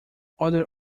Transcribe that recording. other